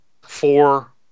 four